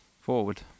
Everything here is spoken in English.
forward